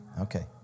Okay